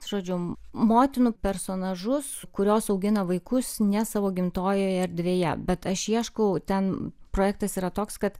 žodžiu motinų personažus kurios augina vaikus ne savo gimtojoje erdvėje bet aš ieškau ten projektas yra toks kad